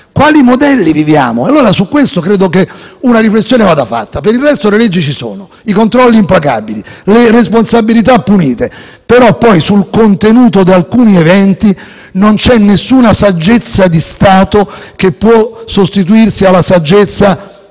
Quali modelli gli diamo? Credo che su questo una riflessione vada fatta. Per il resto leggi ci sono, i controlli devono essere implacabili e le responsabilità vanno punite, però poi sul contenuto di alcuni eventi non c'è nessuna saggezza di Stato che può sostituirsi alla saggezza